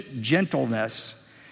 gentleness